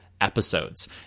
episodes